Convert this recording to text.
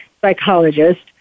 psychologist